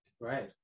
Right